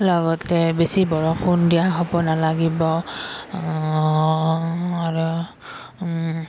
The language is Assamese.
লগতে বেছি বৰষুণ দিয়া হ'ব নালাগিব আৰু